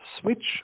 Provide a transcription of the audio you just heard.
switch